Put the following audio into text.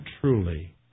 truly